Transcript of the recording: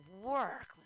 work